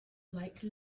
like